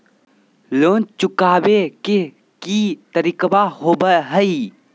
Loan चुकाबे के की तरीका होबो हइ?